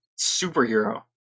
superhero